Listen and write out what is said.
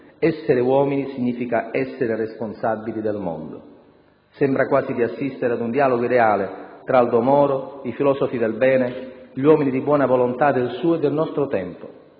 «essere uomini significa essere responsabili del mondo». Sembra quasi di assistere ad un dialogo ideale tra Aldo Moro, i filosofi del bene, gli uomini di buona volontà del suo e del nostro tempo.